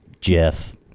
Jeff